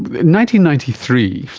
but ninety ninety three,